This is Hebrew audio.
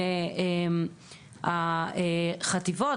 וברמת החטיבות